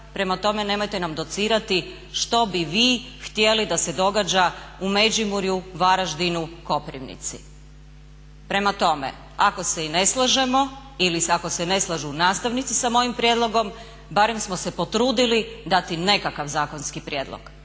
prema tome nemojte nam docirati što bi vi htjeli da se događa u Međimurju, Varaždinu, Koprivnici. Prema tome, ako se i ne slažemo ili ako se ne slažu nastavnici sa mojim prijedlogom barem smo se potrudili dati nekakav zakonski prijedlog.